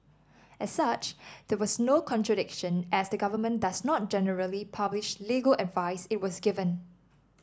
as such there was no contradiction as the government does not generally publish legal advice it was given